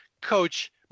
coach